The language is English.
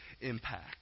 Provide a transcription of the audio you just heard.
impact